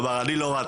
הוא אמר: אני לא רץ,